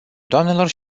doamnelor